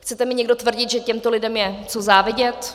Chcete mi někdo tvrdit, že těmto lidem je co závidět?